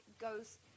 goes